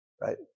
right